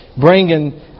bringing